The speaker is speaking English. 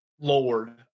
Lord